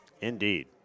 indeed